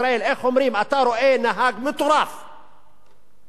אתה רואה נהג מטורף שהוא,